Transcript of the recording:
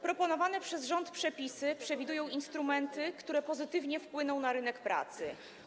Proponowane przez rząd przepisy przewidują instrumenty, które pozytywnie wpłyną na rynek pracy.